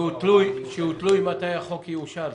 שזה תלוי מתי החוק יאושר.